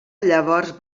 llavors